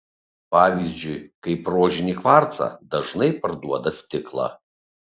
pavyzdžiui kaip rožinį kvarcą dažnai parduoda stiklą